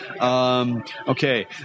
Okay